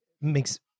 makes